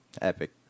epic